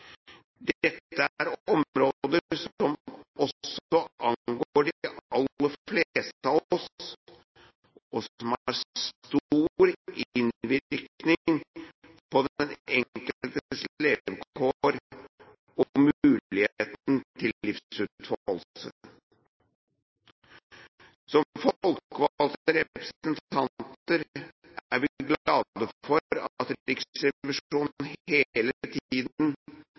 Dette er områder som også angår de aller fleste av oss, og som har stor innvirkning på den enkeltes levekår og mulighet til livsutfoldelse. Som folkevalgte representanter er vi glad for at Riksrevisjonen hele tiden